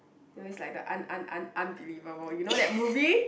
you always like the un~ un~ un~ unbelievable you know that movie